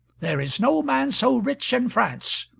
there is no man so rich in france,